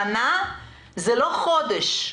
שנה זה לא חודש.